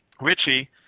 richie